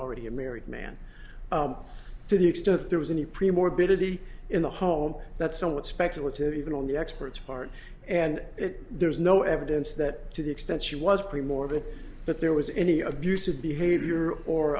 already a married man to the extent that there was any pre mortem biddy in the home that's somewhat speculative even on the experts part and it there's no evidence that to the extent she was pre morbid but there was any abuse of behavior or